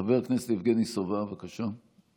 חבר הכנסת יבגני סובה, בבקשה.